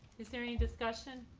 is there any discussion?